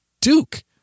Duke